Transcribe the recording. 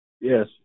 Yes